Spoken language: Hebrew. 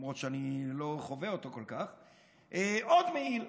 למרות שאני לא חווה אותו כל כך, עוד מעיל.